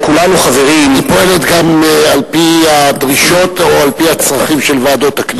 הוא פועל גם על-פי הדרישות או על-פי הצרכים של ועדות הכנסת.